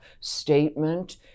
statement